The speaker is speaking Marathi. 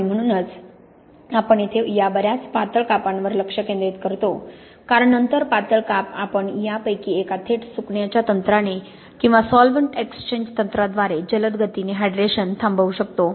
आणि म्हणूनच आपण येथे या बर्याच पातळ कापांवर लक्ष केंद्रित करतो कारण नंतर पातळ काप आपण यापैकी एका थेट सुकण्याच्या तंत्राने किंवा सॉल्व्हेंट एक्सचेंज तंत्राद्वारे जलद गतीने हायड्रेशन थांबवू शकतो